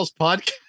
podcast